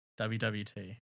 WWT